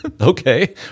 okay